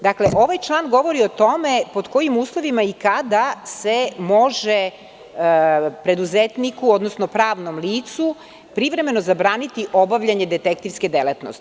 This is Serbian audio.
Dakle, ovaj član govori o tome pod kojim uslovima i kada se može preduzetniku, odnosno pravnom licu, privremeno zabraniti obavljanje detektivske delatnosti.